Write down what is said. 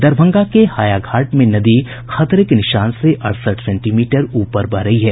दरभंगा के हायाघाट में नदी खतरे के निशान से अड़सठ सेंटीमीटर ऊपर बह रही है